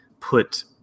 put